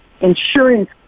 insurance